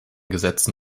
gesetzen